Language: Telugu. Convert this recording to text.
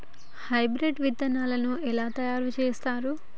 హైబ్రిడ్ విత్తనాలను ఎలా తయారు చేస్తారు?